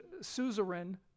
suzerain